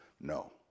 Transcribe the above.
No